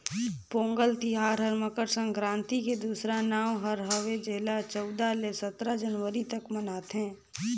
पोगंल तिहार हर मकर संकरांति के दूसरा नांव हर हवे जेला चउदा ले सतरा जनवरी तक मनाथें